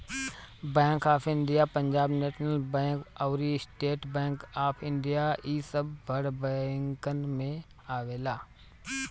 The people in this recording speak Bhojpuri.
bank of India, Punjab national bank अउरी स्टेट बैंक ऑफ़ इंडिया इ सब बड़ बैंकन में आवेला